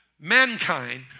mankind